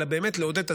אלא באמת לעודד תשלום.